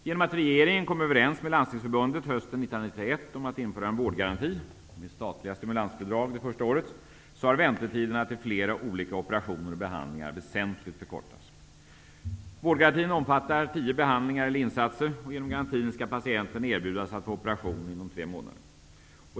Genom att regeringen hösten 1991 kom överens med Landstingsförbundet om att införa en vårdgaranti -- med statliga stimulansbidrag det första året -- har väntetiderna till flera olika operationer och behandlingar väsentligt förkortats. Vårdgarantin omfattar tio behandlingar eller insatser, och genom garantin skall patienten erbjudas operation inom tre månader.